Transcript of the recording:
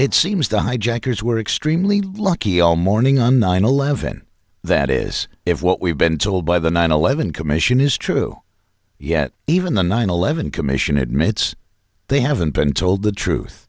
it seems the hijackers were extremely lucky all morning on nine eleven that is if what we've been told by the nine eleven commission is true yet even the nine eleven commission admits they haven't been told the truth